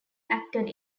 acted